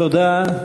תודה.